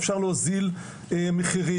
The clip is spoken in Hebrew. אפשר להוזיל מחירים,